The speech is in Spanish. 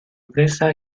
presa